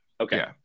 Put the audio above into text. Okay